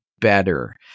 better